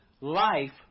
life